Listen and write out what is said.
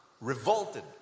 revolted